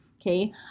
okay